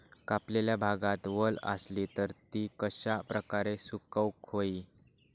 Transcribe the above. कापलेल्या भातात वल आसली तर ती कश्या प्रकारे सुकौक होई?